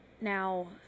Now